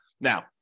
Now